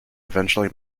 eventually